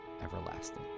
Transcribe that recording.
everlasting